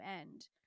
end